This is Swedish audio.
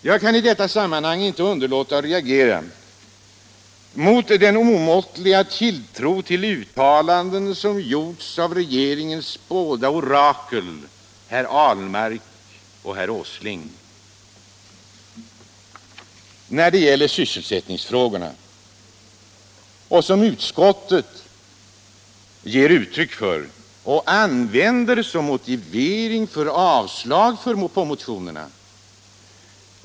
Jag kan i detta sammanhang inte underlåta att reagera mot den omåttliga tilltro till de uttalanden som gjorts av regeringens båda orakel, herrar Ahlmark och Åsling, när det gäller sysselsättningsfrågor, vilka utskottet ger uttryck för och använder som motivering för avslag på flera motioner.